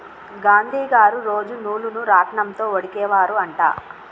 గాంధీ గారు రోజు నూలును రాట్నం తో వడికే వారు అంట